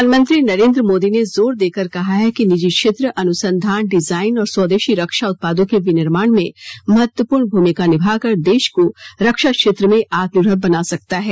प्रधानमंत्री नरेन्द्र मोदी ने जोर देकर कहा है कि निजी क्षेत्र अनुसंधान डिजायन और स्वदेशी रक्षा उत्पादों के विनिर्माण में महत्वपूर्ण भूमिका निभाकर देश को रक्षा क्षेत्र में आत्म निर्भर बना सकता है